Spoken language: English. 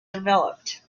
developed